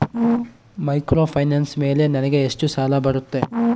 Microfinance ಮೇಲೆ ನನಗೆ ಎಷ್ಟು ಸಾಲ ಬರುತ್ತೆ?